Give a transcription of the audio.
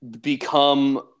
become